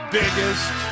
biggest